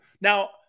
Now